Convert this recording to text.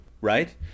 right